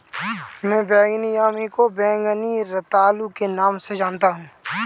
मैं बैंगनी यामी को बैंगनी रतालू के नाम से जानता हूं